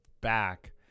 back